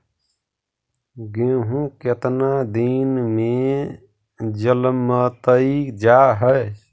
गेहूं केतना दिन में जलमतइ जा है?